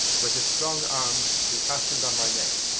with his strong arms he fastened on my neck,